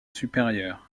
supérieur